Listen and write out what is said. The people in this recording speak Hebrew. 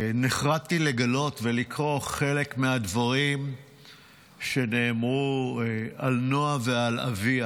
נחרדתי לגלות ולקרוא חלק מהדברים שנאמרו על נועה ועל אביה.